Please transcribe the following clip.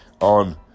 on